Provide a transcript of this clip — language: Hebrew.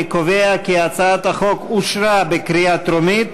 אני קובע כי הצעת החוק אושרה בקריאה טרומית